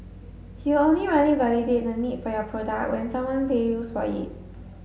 he only really validate the need for your product when someone pay for it